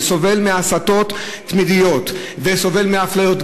שסובלים מהסתות תמידיות וסובלים מאפליות,